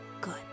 good